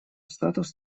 статус